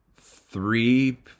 three